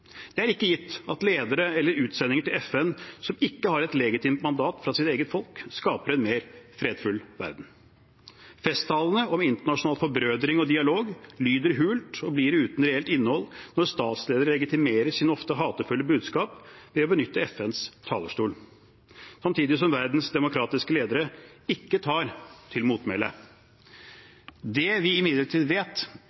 Det er ikke gitt at ledere eller utsendinger til FN som ikke har et legitimt mandat fra sitt eget folk, skaper en mer fredfull verden. Festtalene om internasjonal forbrødring og dialog lyder hult og blir uten reelt innhold når statsledere legitimerer sitt ofte hatefulle budskap ved å benytte FNs talerstol, samtidig som verdens demokratiske ledere ikke tar til motmæle.